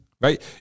right